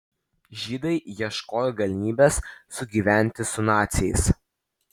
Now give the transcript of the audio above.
žydai ieškojo galimybės sugyventi su naciais